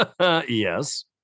Yes